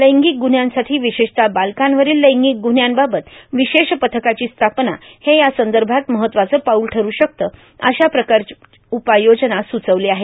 लैंगिक ग्रन्ह्यांसाठी विशेषतः बालकांवरील लैंगिक ग्रन्ह्यांबाबत विशेष पथकाची स्थापना हे या संदर्भात महत्वाचं पाऊल ठठ शकते अशा प्रकारच्या उपाययोजना सूचविलेल्या आहेत